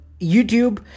YouTube